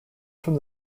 from